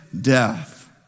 death